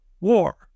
war